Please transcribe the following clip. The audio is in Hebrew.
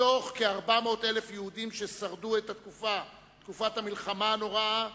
מתוך כ-400,000 יהודים ששרדו את תקופת המלחמה הנוראה,